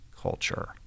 culture